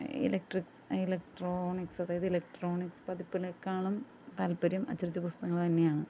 electrics electronics അതായത് electronics പതിപ്പുകളേക്കാളും താൽപര്യം അച്ചടിച്ച പുസ്തകങ്ങൾ തന്നെയാണ്